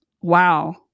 wow